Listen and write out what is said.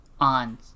on